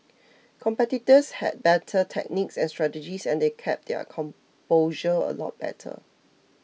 competitors had better techniques and strategies and they kept their composure a lot better